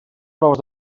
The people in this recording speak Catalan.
proves